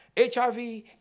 HIV